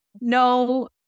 no